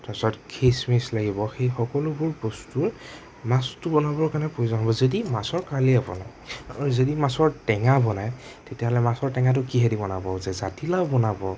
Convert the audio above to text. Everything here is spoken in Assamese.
তাৰপিছত খিচমিচ লাগিব সেই সকলোবোৰ বস্তুৱে মাছটো বনাবৰ কাৰণে প্ৰয়োজন হ'ব যদি মাছৰ কালীয়া বনায় আৰু যদি মাছৰ টেঙা বনায় তেতিয়াহ'লে মাছৰ টেঙাটো কিহে দি বনাব যে জাতিলাও বনাব